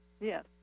Yes